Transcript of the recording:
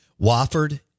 Wofford